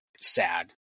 sad